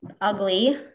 ugly